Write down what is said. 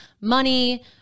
money